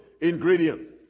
ingredient